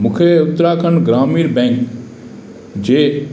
मूंखे उत्तराखंड ग्रामीण बैंक जे